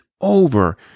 over